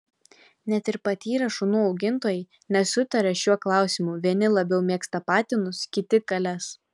net ir patyrę šunų augintojai nesutaria šiuo klausimu vieni labiau mėgsta patinus kiti kales